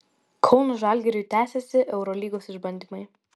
kauno žalgiriui tęsiasi eurolygos išbandymai